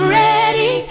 ready